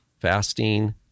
fasting